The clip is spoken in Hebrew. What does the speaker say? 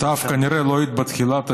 סתיו, כנראה, לא היית בתחילת הדיון,